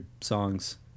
songs